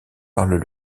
parlent